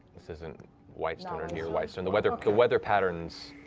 this isn't whitestone or near whitestone. the weather the weather patterns